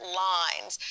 lines